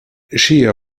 shea